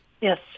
Yes